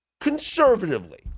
conservatively